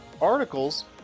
articles